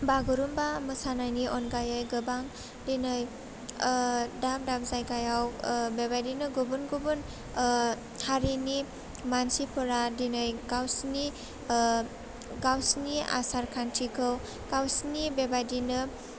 बागुरुम्बा मोसानायनि अनगायै गोबां दिनै ओह दाब दाब जायगायाव ओह बेबायदिनो गुबुन गुबुन ओह हारिनि मानसिफोरा दिनै गावसिनि ओह गावसिनि आसार खान्थिखौ गावसिनि बेबायदिनो